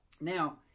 Now